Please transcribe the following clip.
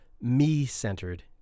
me-centered